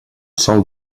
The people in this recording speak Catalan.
sol